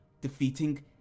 defeating